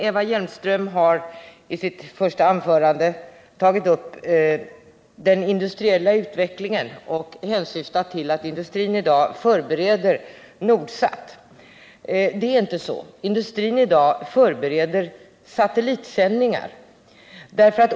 Eva Hjelmström tog i sitt första anförande upp den industriella utvecklingen och påstod att industrin i dag förbereder Nordsat. Det är inte så. Industrin i dag förbereder satellitsändningar.